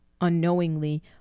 unknowingly